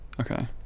okay